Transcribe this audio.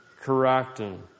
correcting